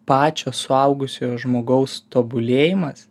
pačio suaugusiojo žmogaus tobulėjimas